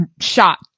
shot